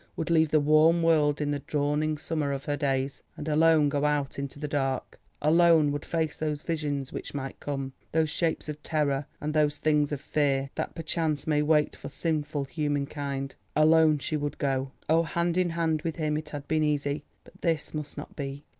would leave the warm world in the dawning summer of her days, and alone go out into the dark alone would face those visions which might come those shapes of terror, and those things of fear, that perchance may wait for sinful human kind. alone she would go oh, hand in hand with him it had been easy, but this must not be.